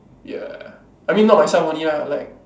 ya I mean not myself only ah like